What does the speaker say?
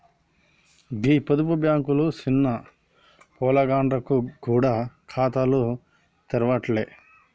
గీ పొదుపు బాంకులు సిన్న పొలగాండ్లకు గూడ ఖాతాలు తెరవ్వట్టే